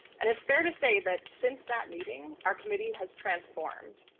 and it's fair to say that since that meeting our committee has transformed.